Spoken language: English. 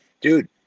Dude